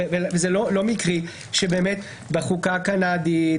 זה לא מקרי שבאמת בחוקה הקנדית,